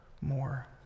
more